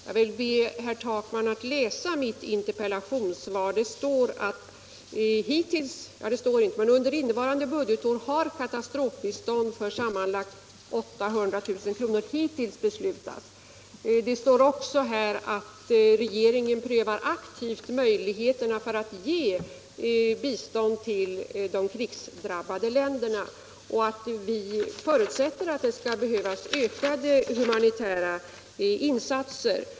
Jag vill be herr Takman att läsa mitt interpellationssvar, där det står: ”Under innevarande budgetår har katastrofbistånd för sammanlagt 800 000 kr. hittills beslutats.” Det står också: ”Regeringen prövar aktivt möjligheterna att ge humantärt bistånd till den krisdrabbade befolkningen.” Vi förutsätter att det skall behövas ökade humanitära insatser.